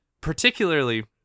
particularly